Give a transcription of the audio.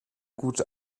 gute